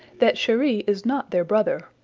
that cheri is not their brother,